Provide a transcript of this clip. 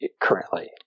currently